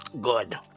Good